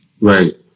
right